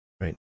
Right